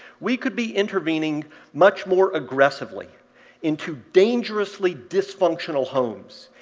we could be intervening much more aggressively into dangerously dysfunctional homes,